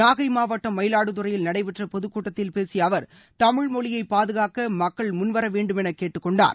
நாகை மாவட்டம் மயிலாடுதுறையில் நடைபெற்ற பொதுக் கூட்டத்தில் பேசிய அவர் தமிழ் மொழியைப் பாதுகாக்க மக்கள் முன்வர வேண்டுமௌ கேட்டுக் கொண்டார்